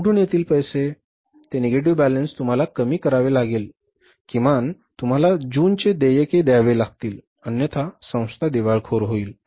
कुठून पैसे येतील ते निगेटिव्ह बॅलेन्स तुम्हाला कमी करावे लागेल किमान तुम्हाला जुनचे देयके द्यावे लागतील अन्यथा संस्था दिवाळखोर होईल